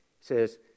says